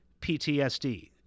PTSD